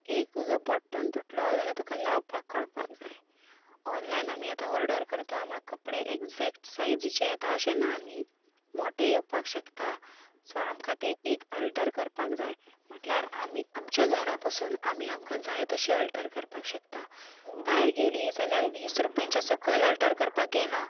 एक तुजो बटण तुटलो जाल्यार तुका लावपाक कळपाक जाय ऑनलायन आमी आतां ऑर्डर करता म्हण कपडे एग्जॅक्ट सायजीचे येता अशें ना न्ही मोठे येवपाक शकता सो आमकां ते एक अल्टर करपाक जाय म्हटल्यार आमी आमच्या घरा बसून आमी आमकां जाय तशें अल्टर करपाक शकतात भायर गेली जाल्यार वीस रुपयांच्या सकयल अल्टर करपाक घेना